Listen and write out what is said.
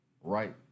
right